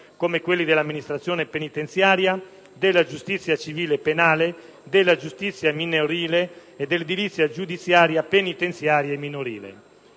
come quelli dell'amministrazione penitenziaria, della giustizia civile e penale, della giustizia minorile e dell'edilizia giudiziaria, penitenziaria e minorile;